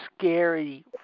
scary